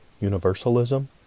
universalism